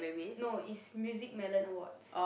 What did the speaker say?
no it's Music-Melon-Awards